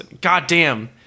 Goddamn